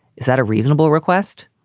is that a reasonable request?